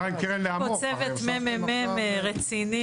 יש פה צוות ממ"מ רציני.